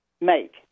make